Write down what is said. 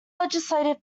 legislative